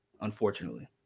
unfortunately